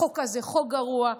החוק הזה חוק גרוע.